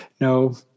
no